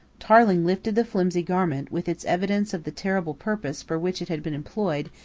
tarling lifted the flimsy garment, with its evidence of the terrible purpose for which it had been employed,